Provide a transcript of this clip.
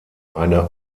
eine